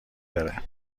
داره